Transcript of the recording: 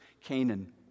Canaan